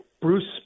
Bruce